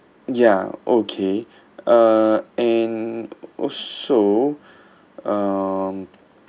ya okay uh and also um